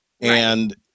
and-